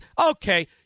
Okay